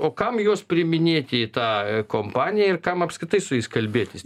o kam juos priiminėti į tą kompaniją ir kam apskritai su jais kalbėtis